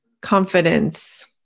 confidence